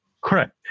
Correct